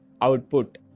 output